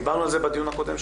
דיברנו על זה בדיון הקודם,